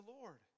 Lord